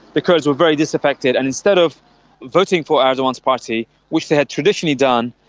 the kurds were very disaffected, and instead of voting for erdogan's party which they had traditionally done,